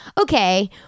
okay